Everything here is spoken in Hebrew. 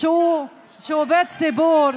שהוא עובד ציבור,